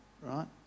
right